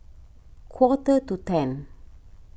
quarter to ten